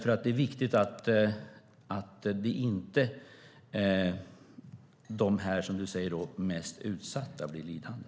Det är viktigt att de som du säger är mest utsatta inte blir lidande.